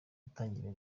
yatangiye